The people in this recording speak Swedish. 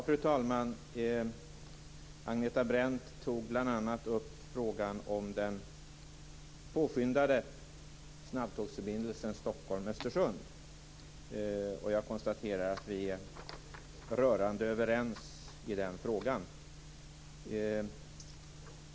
Fru talman! Agneta Brendt tog bl.a. upp frågan om den påskyndade snabbtågsförbindelsen Stockholm-Östersund. Jag konstaterar att vi är rörande överens i den frågan.